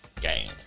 Gang